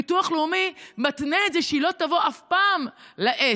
ביטוח לאומי מתנה בזה שהיא לא תבוא אף פעם לעסק,